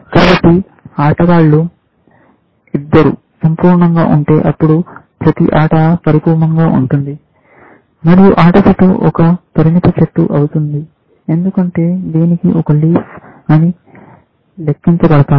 కాబట్టి ఆటగాళ్ళు ఇద్దరూ సంపూర్ణంగా ఉంటే అప్పుడు ప్రతి ఆట పరిపూర్ణంగా ఉంటుంది మరియు ఆట చెట్టు ఒక పరిమిత చెట్టు అవుతుంది ఎందుకంటే దీనికి ఈ లీవ్స్ అని లెక్కించబడతాయి